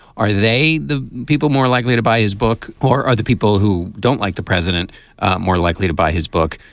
are they the people more likely to buy his book, or are the people who don't like the president more likely to buy his book?